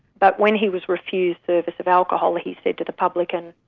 but when he was refused service of alcohol, ah he said to the publican,